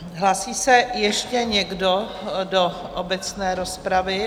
Hlásí se ještě někdo do obecné rozpravy?